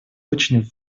очень